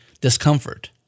discomfort